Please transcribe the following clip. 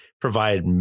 provide